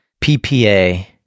PPA